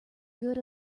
good